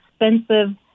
expensive